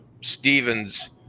Stevens